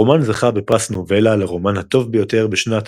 הרומן זכה בפרס נבולה לרומן הטוב ביותר בשנת